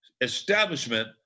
establishment